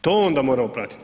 To onda moramo pratiti.